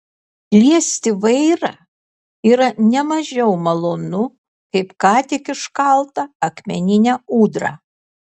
liesti vairą yra ne mažiau malonu kaip ką tik iškaltą akmeninę ūdrą